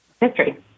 history